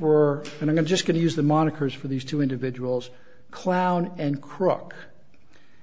i'm just going to use the monikers for these two individuals clown and crook